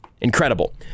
Incredible